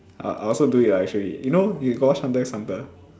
uh I also do it ah actually you know you got watch hunter X hunter